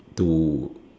to